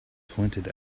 pointed